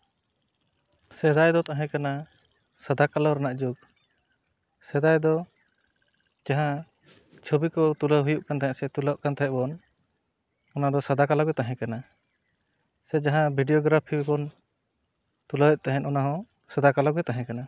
ᱥᱮᱫᱟᱭ ᱫᱚ ᱛᱟᱦᱮᱠᱟᱱᱟ ᱥᱟᱫᱟ ᱠᱟᱞᱳ ᱨᱮᱱᱟᱜ ᱡᱩᱜᱽ ᱥᱮᱫᱟᱭ ᱫᱚ ᱡᱟᱦᱟᱸ ᱪᱷᱚᱵᱤ ᱠᱚ ᱛᱩᱞᱟᱹᱣ ᱦᱩᱭᱩᱜ ᱠᱟᱱ ᱛᱟᱦᱮᱸᱫ ᱥᱮ ᱛᱩᱞᱟᱹᱜ ᱠᱟᱱ ᱛᱟᱦᱮᱸᱫ ᱵᱚᱱ ᱚᱱᱟ ᱫᱚ ᱥᱟᱫᱟ ᱠᱟᱞᱳ ᱜᱮ ᱛᱟᱦᱮᱸᱠᱟᱱᱟ ᱥᱮ ᱡᱟᱦᱟᱸ ᱵᱷᱤᱰᱭᱳᱜᱨᱟᱯᱷᱤ ᱵᱚᱱ ᱛᱩᱞᱟᱹᱣᱮᱫ ᱛᱟᱦᱮᱸᱫ ᱚᱱᱟ ᱦᱚᱸ ᱥᱟᱫᱟ ᱠᱟᱞᱳ ᱜᱮ ᱛᱟᱦᱮᱸᱠᱟᱱᱟ